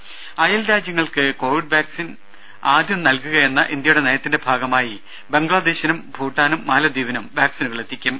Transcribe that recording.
രുര അയൽ രാജ്യങ്ങൾക്ക് കോവിഡ് വാക്സിൻ ആദ്യം നൽകുകയെന്ന ഇന്ത്യയുടെ നയത്തിന്റെ ഭാഗമായി ബംഗ്ലാദേശിനും ഭൂട്ടാനും മാലദ്വീപിനും വാക്സിനുകളെത്തിക്കും